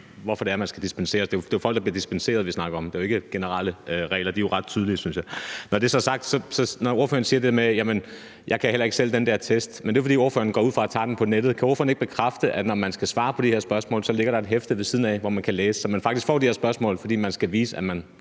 hvorfor det er, man skal dispensere. Det er jo folk, der får dispensation, vi snakker om; det er jo ikke de generelle regler, for de er ret tydelige, synes jeg. Når ordføreren siger det der med, at hun heller ikke selv kan tage den der test, så er det, fordi ordføreren går ud fra, at man tager den på nettet. Kan ordføreren ikke bekræfte, at når man skal svare på de her spørgsmål, ligger der et hæfte ved siden af, som man kan læse, så man faktisk får de her spørgsmål, fordi man skal vise, at man